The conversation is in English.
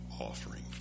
offering